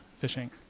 fishing